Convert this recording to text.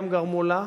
הם גרמו לה,